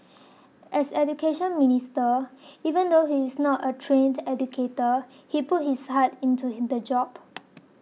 as Education Minister even though he is not a trained educator he put his heart into in the job